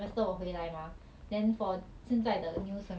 I don't know whether my friend still can go for hers like next sem